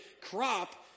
crop